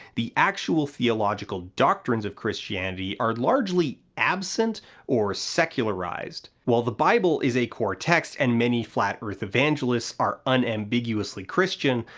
the actual theological doctrines of christianity are largely absent or secularized. while the bible is a core text, and many flat earth evangelists are unambiguously christian,